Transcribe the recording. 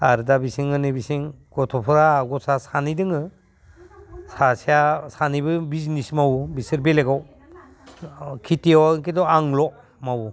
आरो दा बिथिं नैबेथिं गथ'फ्रा गथ'आ सानै दङ सासेया सानैबो बिजिनेस मावो बिसोर बेलेगाव खेथियाव खिन्थु आंल' मावो